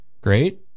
great